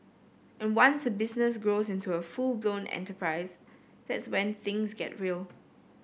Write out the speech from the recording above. and once a business grows into a full blown enterprise that's when things get real